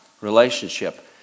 relationship